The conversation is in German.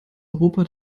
europa